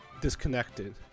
disconnected